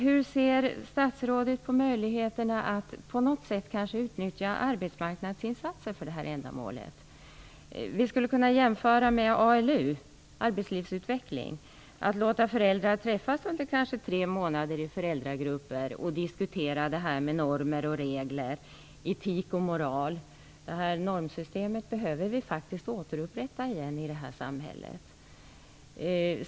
Hur ser statsrådet på möjligheterna att på något sätt utnyttja arbetsmarknadsinsatser för det här ändamålet? Vi skulle kunna jämföra med ALU, arbetslivsutveckling. Föräldrar kunde få träffas under kanske tre månader i föräldragrupper och diskutera det här med normer och regler, etik och moral. Vi behöver faktiskt återupprätta normsystemet igen i det här samhället.